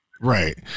right